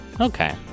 Okay